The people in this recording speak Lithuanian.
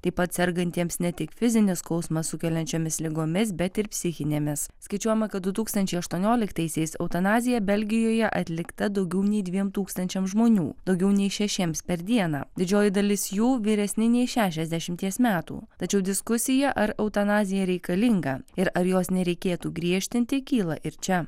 taip pat sergantiems ne tik fizinį skausmą sukeliančiomis ligomis bet ir psichinėmis skaičiuojama kad du tūkstančiai aštuonioliktaisiais eutanazija belgijoje atlikta daugiau nei dviem tūkstančiams žmonių daugiau nei šešiems per dieną didžioji dalis jų vyresni nei šešiasdešimties metų tačiau diskusija ar eutanazija reikalinga ir ar jos nereikėtų griežtinti kyla ir čia